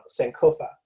Sankofa